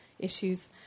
issues